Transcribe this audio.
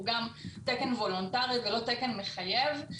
הוא תקן וולונטרי ולא תקן מחייב.